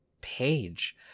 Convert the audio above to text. page